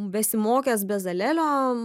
besimokęs bezalelio